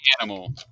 animal